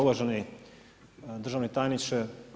Uvaženi državni tajniče.